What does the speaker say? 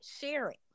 sharing